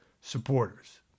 supporters